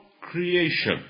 creation